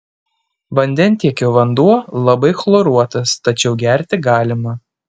vandentiekio vanduo labai chloruotas tačiau gerti galima